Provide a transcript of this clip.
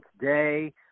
today